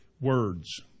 words